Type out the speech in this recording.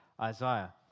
Isaiah